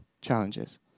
challenges